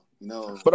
No